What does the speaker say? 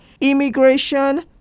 immigration